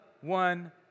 one